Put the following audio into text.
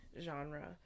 genre